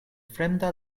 fremda